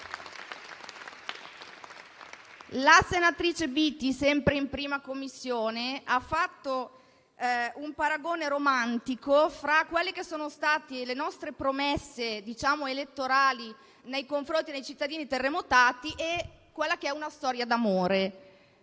La senatrice Biti, sempre in 1a Commissione, ha fatto un paragone romantico fra quelle che sono state le nostre promesse elettorali nei confronti dei cittadini terremotati e quella che è una storia d'amore.